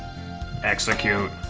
execute